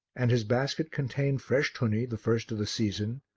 and his basket contained fresh tunny, the first of the season,